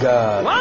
God